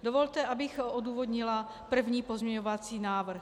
Dovolte, abych odůvodnila první pozměňovací návrh.